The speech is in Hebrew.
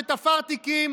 שתפר תיקים,